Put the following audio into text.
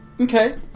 Okay